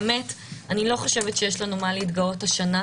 באמת אני לא חושבת שיש לנו מה להתגאות השנה,